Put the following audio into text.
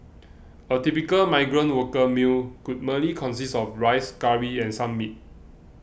a typical migrant worker meal could merely consist of rice curry and some meat